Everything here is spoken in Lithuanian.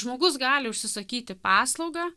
žmogus gali užsisakyti paslaugą